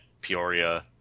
Peoria